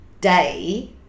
day